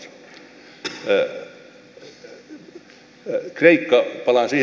kreikka palaan siihen vielä